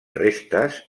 restes